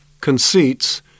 conceits